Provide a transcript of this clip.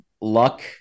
luck